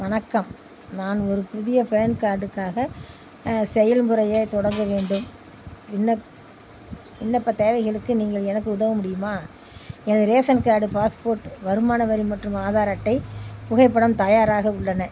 வணக்கம் நான் ஒரு புதிய ஃபேன் கார்டுக்காக செயல்முறைய தொடங்க வேண்டும் விண்ணப் விண்ணப்பத் தேவைகளுக்கு நீங்கள் எனக்கு உதவ முடியுமா எனது ரேசன் கார்டு பாஸ்போர்ட் வருமான வரி மற்றும் ஆதார் அட்டை புகைப்படம் தயாராக உள்ளன